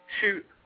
shoot